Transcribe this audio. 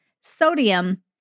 sodium